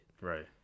Right